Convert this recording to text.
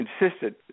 insisted